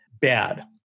bad